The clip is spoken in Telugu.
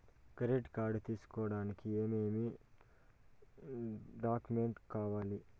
క్రెడిట్ కార్డు తీసుకోడానికి ఏమేమి డాక్యుమెంట్లు ఇవ్వాలి